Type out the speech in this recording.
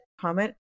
comment